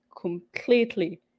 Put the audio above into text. completely